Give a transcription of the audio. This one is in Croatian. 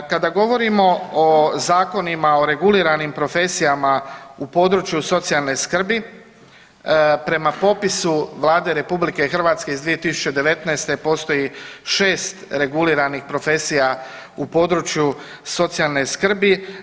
Kada govorimo o zakonima o reguliranim profesijama u području socijalne skrbi, prema popisu Vlade RH iz 2019. postoji šest regulirani profesija u području socijalne skrbi.